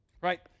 right